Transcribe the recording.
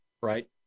right